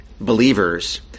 believers